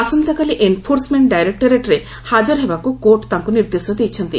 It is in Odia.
ଆସନ୍ତାକାଲି ଏନଫୋର୍ସମେଣ୍ଟ ଡାଇରେକ୍ଟୋରେଟରେ ହାଜର ହେବାକୁ କୋର୍ଟ ତାଙ୍କୁ ନିର୍ଦ୍ଦେଶ ଦେଇଛନ୍ତି